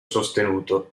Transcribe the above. sostenuto